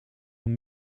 een